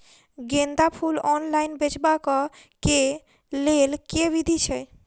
गेंदा फूल ऑनलाइन बेचबाक केँ लेल केँ विधि छैय?